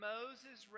Moses